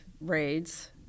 raids